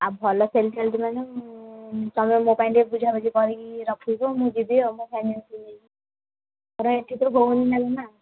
ଆଉ ଭଲ ସେଲ୍ ଚାଲିଛି ମାନେ ମୁଁ ତୁମେ ମୋ ପାଇଁ ଟିକେ ବୁଝା ବୁଝି କରିକି ରଖିଦିଅ ମୁଁ ଯିବି ଆଉ ମୋ ଫ୍ୟାମିଲି ସହ ନେଇକି ହେଲା ମୋର ଏଠି ତ ହେଉନି ନାଇଁ ନା